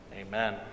Amen